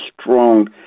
strong